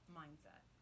mindset